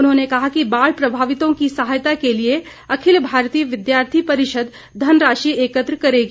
उन्होंने कहा कि बाढ़ प्रभावितों की सहायता को लिए अखिल भारतीय विद्यार्थी परिषद धनराशि एकत्र करेगी